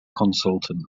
consultant